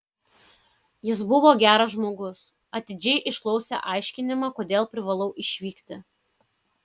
jis buvo geras žmogus atidžiai išklausė aiškinimą kodėl privalau išvykti